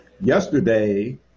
yesterday